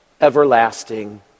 everlasting